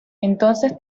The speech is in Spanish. entonces